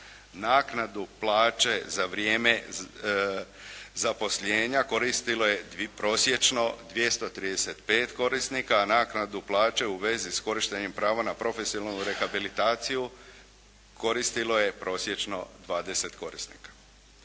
Naknadu plaće za vrijeme zaposlenja koristilo je prosječno 235 korisnika, a naknadu plaće u vezi s korištenjem prava na profesionalnu rehabilitaciju koristilo je prosječno 20 korisnika.